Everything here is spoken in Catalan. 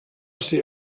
ser